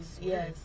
yes